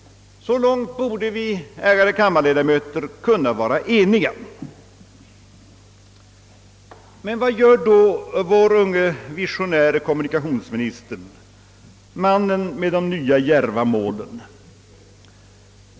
Så långt borde vi, ärade kammarledamöter, kunna vara eniga. Men vad gör då vår visionäre, unge kommunikationsminister, mannen med de nya, djärva målen?